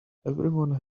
everyone